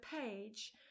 page